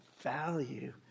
value